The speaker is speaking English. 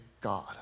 God